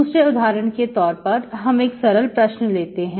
दूसरे उदाहरण के तौर पर हम एक सरल प्रश्न लेते हैं